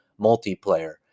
multiplayer